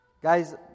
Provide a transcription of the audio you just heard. Guys